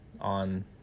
on